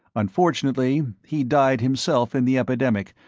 unfortunately, he died himself in the epidemic,